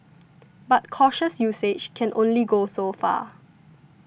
but cautious usage can only go so far